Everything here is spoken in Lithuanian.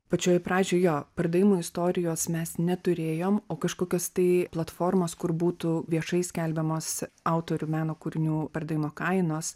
pačioje pradžioj jo pardavimo istorijos mes neturėjom o kažkokios tai platformos kur būtų viešai skelbiamos autorių meno kūrinių pardavimo kainos